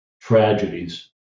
tragedies